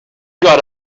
got